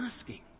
asking